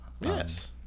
Yes